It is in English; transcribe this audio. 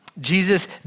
Jesus